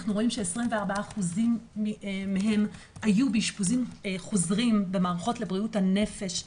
אנחנו רואים ש-24% מהם היו באשפוזים חוזרים במערכות לבריאות הנפש.